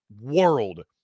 world